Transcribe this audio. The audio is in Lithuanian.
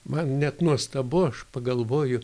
man net nuostabu aš pagalvoju